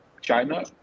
China